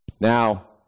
Now